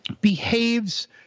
behaves